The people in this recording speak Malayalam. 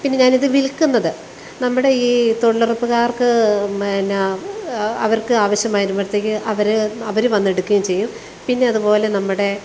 പിന്നെ ഞാനിത് വില്ക്കുന്നത് നമ്മുടെ ഈ തൊഴിലുറപ്പുകാര്ക്ക് പിന്നെ അവര്ക്ക് ആവശ്യമായി വരുമ്പോഴത്തേക്കും അവർ അവർ വന്നെടുക്കുകയും ചെയ്യും പിന്നെ അതുപോലെ നമ്മുടെ